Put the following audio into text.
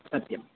सत्यं